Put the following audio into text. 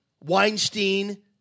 Weinstein